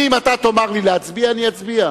אם אתה תאמר לי להצביע, אני אצביע.